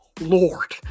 lord